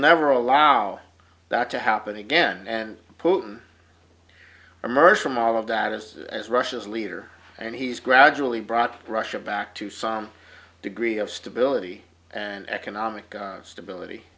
never allow that to happen again and putin emerged from all of that as as russia's leader and he's gradually brought russia back to some degree of stability and economic stability